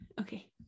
okay